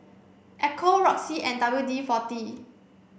Ecco Roxy and W D forty